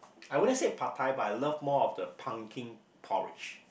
I wouldn't say Pad-Thai but I love more of the pumpkin porridge